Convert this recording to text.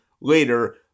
later